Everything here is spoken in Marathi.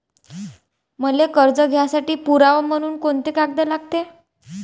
मले कर्ज घ्यासाठी पुरावा म्हनून कुंते कागद लागते?